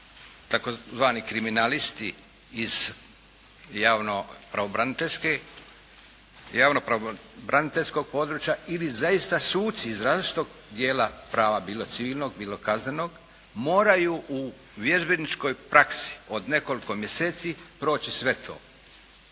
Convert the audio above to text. tzv. kriminalisti iz javno pravobraniteljskog područja ili zaista suci iz različitog dijela prava bilo civilnog, bilo kaznenog moraju u vježbeničkoj praksi od nekoliko mjeseci proći sve to